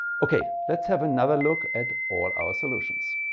ok, let's have another look at all our solutions.